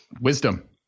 Wisdom